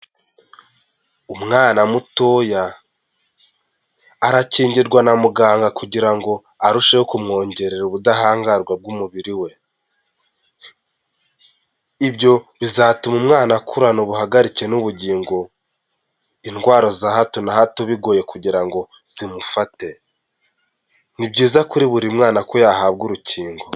Umwana mutoya arakingirwa na muganga kugira ngo arusheho kumwongerera ubudahangarwa bw’umubiri we. Ibyo bizatuma umwana akurana ubuhagarike n’ubugingo, indwara za hato na hato bigoye kugira ngo zimufate. Ni byiza kuri buri mwana ko yahabwa urukingo.